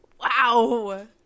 wow